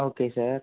okay sir